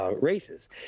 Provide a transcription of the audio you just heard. races